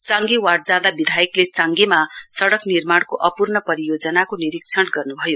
Changge ward जाँदा विधायकले चाङगेमा सड़क निर्माणको अपूर्ण परियोजनाको निरीक्षण गर्नभयो